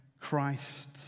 Christ